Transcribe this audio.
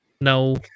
No